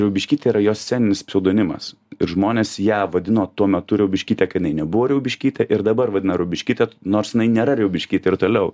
riaubiškytė yra jo sceninis pseudonimas ir žmonės ją vadino tuo metu riaubiškyte kai jinai nebuvo riaubiškytė ir dabar vadina riaubiškyte nors jinai nėra riaubiškytė ir toliau